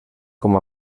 com